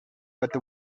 but